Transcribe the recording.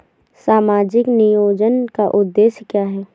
सामाजिक नियोजन का उद्देश्य क्या है?